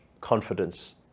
confidence